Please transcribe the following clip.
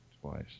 twice